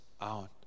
out